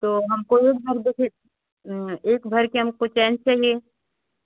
तो हमको एक भर के फिर एक भर के हमको चैन चाहिए